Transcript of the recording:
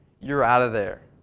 you're out of there.